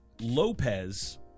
Lopez